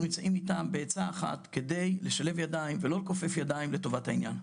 יוצאים איתה בעצה אחת כדי לשלב ידיים ולא לכופף ידיים לטובת העניין.